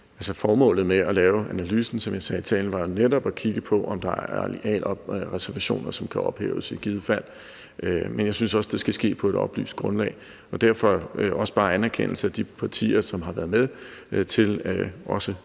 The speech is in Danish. Formålet med at lave analysen, som jeg sagde i talen, var jo netop at kigge på, om der er arealreservationer, som i givet fald kan ophæves. Men jeg synes også, det skal ske på et oplyst grundlag. Derfor har jeg også bare anerkendelse af de partier, som vil være med – også